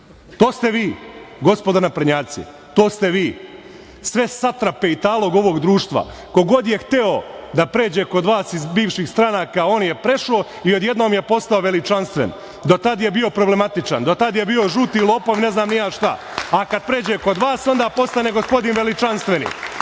To ste vi, gospodo naprednjaci, sve satrape i talog ovog društva, ko god je hteo da pređe kod vas iz bivših stranaka, on je prešao i odjednom je postao veličanstven, a do tad je bio problematičan, do tad je bio žuti lopov, ne znam ni ja šta, a kada pređe kod vas, onda postane gospodin veličanstveni. Siniša